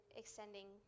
extending